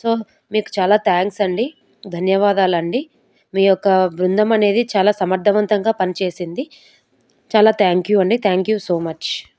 so మీకు చాలా thanks అండి ధన్యవాదాలండి మీ యొక్క బృందం అనేది చాలా సమర్థవంతంగా పని చేసింది చాలా థ్యాంక్ యూ అండి థ్యాంక్ యూ సో మచ్